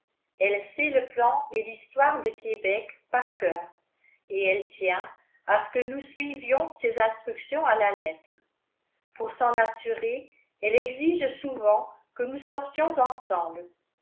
elle sait le plan et l'histoire de québec par cœur et elle tient à ce que nous suivions ses instructions à la lettre pour s'en assurer elle exige souvent que nous sortions ensemble